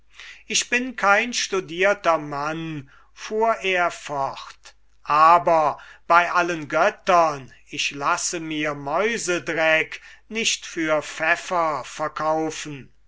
ich bin kein studierter mann fuhr er fort aber bei allen göttern ich lasse mir mäusedreck nicht für pfeffer verkaufen